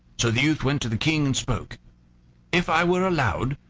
so the youth went to the king and spoke if i were allowed,